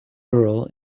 girl